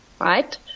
Right